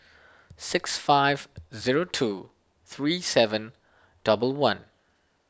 six five zero two three seven double one